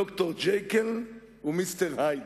ד"ר ג'קיל ומיסטר הייד.